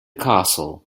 castle